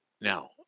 Now